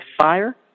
fire